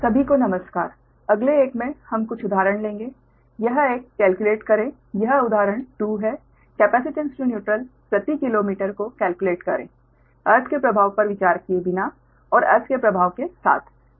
इसलिए अगले एक में हम कुछ उदाहरण लेंगे यह एक है कि केल्क्युलेट करें यह उदाहरण 2 है कैपेसिटेंस टू न्यूट्रल प्रति किलोमीटर को केल्क्युलेट करें अर्थ के प्रभाव पर विचार किए बिना और अर्थ के प्रभाव के साथ